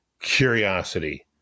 Curiosity